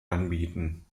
anbieten